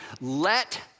Let